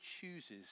chooses